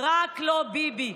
רק לא ביבי.